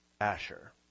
Asher